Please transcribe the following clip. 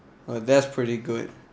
oh that's pretty good